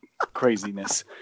craziness